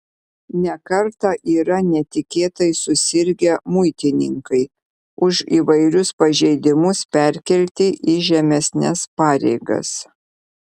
ne kartą yra netikėtai susirgę muitininkai už įvairius pažeidimus perkelti į žemesnes pareigas